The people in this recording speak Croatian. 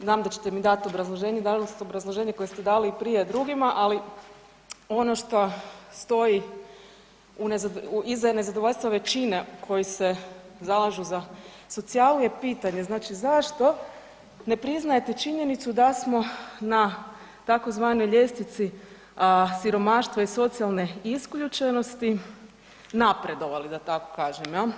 Znam da ćete mi u obrazloženju, dali ste obrazloženje koje ste dali i prije drugima, ali ono što stoji iza nezadovoljstva većine koji se zalažu za socijalu je pitanje, zašto ne priznajete činjenicu da smo na tzv. ljestvici siromaštva i socijalne isključenosti napredovali da tako kažem.